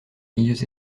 milieux